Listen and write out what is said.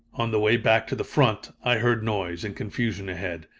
on the way back to the front, i heard noise and confusion ahead.